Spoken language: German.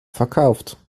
verkauft